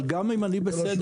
אבל גם אם אני בסדר,